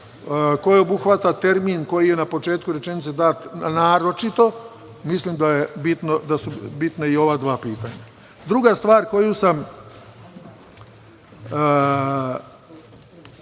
koje obuhvata termin koji je na početku rečenice dat „naročito“, mislim da su bitna i ova dva pitanja. Druga stvar koju sam